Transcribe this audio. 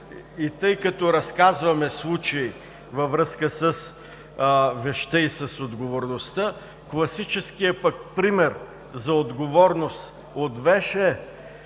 И тъй като разказваме случаи във връзка с вещта и с отговорността, класическият пък пример за отговорност от вещ е: